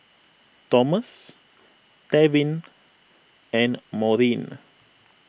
Tomas Tevin and Maurine